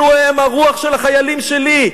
אלו הם הרוח של החיילים שלי.